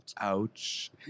Ouch